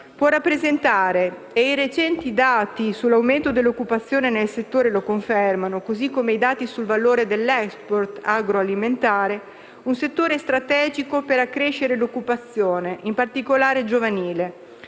Può rappresentare - e i recenti dati sull'aumento dell'occupazione nel settore lo confermano, così come i dati sul valore sull'*export* agroalimentare - un settore strategico per accrescere l'occupazione, in particolare giovanile.